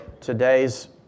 today's